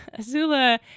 Azula